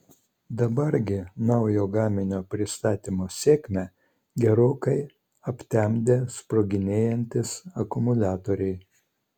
dabar gi naujo gaminio pristatymo sėkmę gerokai aptemdė sproginėjantys akumuliatoriai